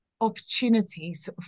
opportunities